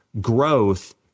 growth